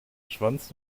schwanz